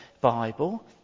Bible